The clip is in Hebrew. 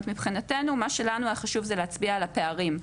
מבחינתנו מה שלנו היה חשוב זה להצביע על הפערים.